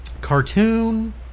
Cartoon